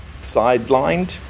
sidelined